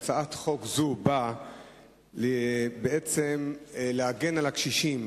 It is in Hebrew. הצעת חוק זו באה להגן על הקשישים,